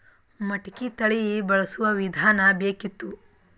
ಮಟಕಿ ತಳಿ ಬಳಸುವ ವಿಧಾನ ಬೇಕಿತ್ತು?